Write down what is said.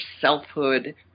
selfhood